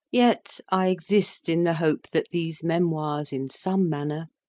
yet i exist in the hope that these memoirs, in some manner,